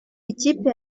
ikipe